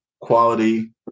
quality